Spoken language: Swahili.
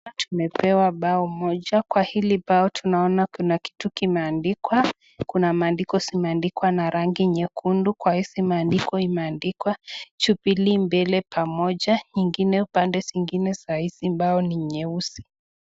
hapa tumepewa mbao moja katika hili mbao tunaona kuna kitu limeaandikwa kuna maandiko zimeandikwa na ranngi nyekundu, kwa hizi maandiko imeandikwa jubilii mbele pamoja kwa nyingine upande nyengine saizi bao ni nyeusi.